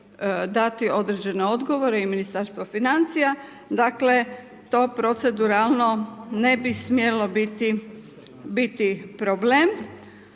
dati određene odgovore i Ministarstvo financija. Dakle to proceduralno ne bi smjelo biti problem.